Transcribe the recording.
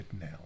now